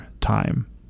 time